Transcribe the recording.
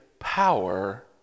power